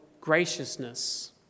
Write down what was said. graciousness